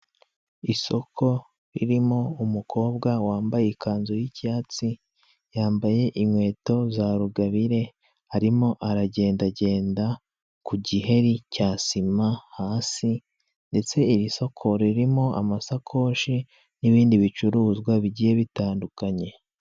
Isoko ririmo umukobwa wambaye ikanzu y'icyatsi yambaye inkweto za rugabire, arimo aragendagenda ku giheri cya sima hasi, ndetse iri soko ririmo amasakoshi n'ibindi bicuruzwa bigiye bitandukanye.